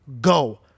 Go